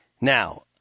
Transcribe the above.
Now